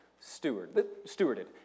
stewarded